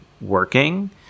working